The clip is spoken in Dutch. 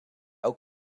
ook